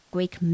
Greek